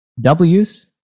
Ws